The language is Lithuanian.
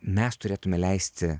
mes turėtumėme leisti